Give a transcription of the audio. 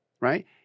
right